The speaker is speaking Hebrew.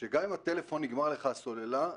שגם אם נגמרה לך הסוללה בטלפון,